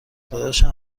داداشم